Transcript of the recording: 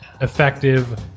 Effective